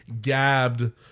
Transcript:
gabbed